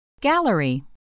Gallery